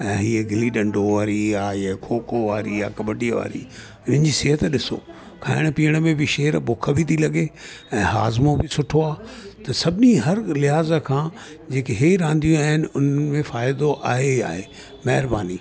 ऐं हीअं गिल्ली डंडो वरी आहे ये खोखो वारी कॿडी वारी हिननि जी सिहत ॾिसो खाइण पीअण में बि शेर भुख बि ती लॻे ऐं हाज़मो बि सुठो आहे त सभिनी हर लिहाज़ खां जेके इहे रांधियूं आहिनि उन्हनि में फ़ाइदो आहे ई आहे महिरबानी